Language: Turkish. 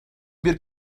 bir